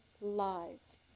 lives